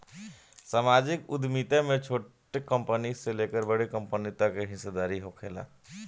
सामाजिक उद्यमिता में छोट कंपनी से लेकर बड़ कंपनी तक के हिस्सादारी होखेला